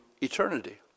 eternity